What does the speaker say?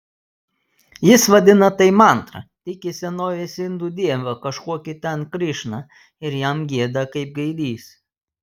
jis vadina tai mantra tiki senovės indų dievą kažkokį ten krišną ir jam gieda kaip gaidys